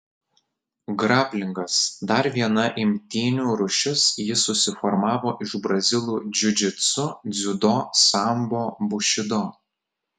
graplingas dar viena imtynių rūšis ji susiformavo iš brazilų džiudžitsu dziudo sambo bušido